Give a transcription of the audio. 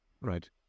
Right